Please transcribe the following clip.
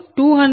uP3400 MW4